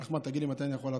תגיד לי מתי אני יכול להתחיל.